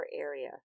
area